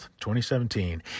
2017